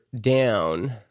down